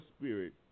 spirit